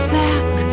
back